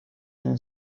une